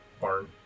barn